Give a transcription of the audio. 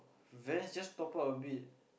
Vans just top up a bit